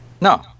No